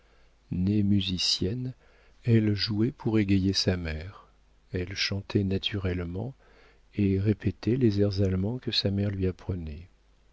née musicienne elle jouait pour égayer sa mère elle chantait naturellement et répétait les airs allemands que sa mère lui apprenait